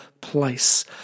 place